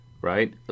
right